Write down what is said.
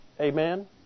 Amen